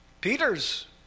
Peter's